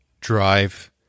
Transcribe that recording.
drive